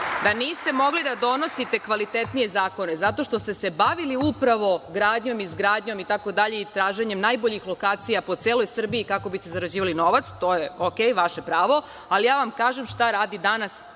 da niste mogli da donosite kvalitetnije zakone zato što ste se bavili upravo gradnjom i izgradnjom i traženjem najboljih lokacija po celoj Srbiji kako biste zarađivali novac. To je u redu i to je vaše pravo, ali ja vam kažem šta radi danas